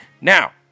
Now